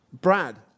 Brad